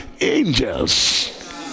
angels